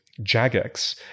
Jagex